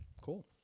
cool